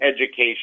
education